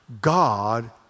God